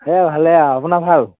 এই ভালে আৰু আপোনাৰ ভাল